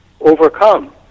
overcome